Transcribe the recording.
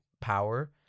power